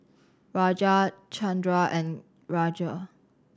Raja Chandra and Raja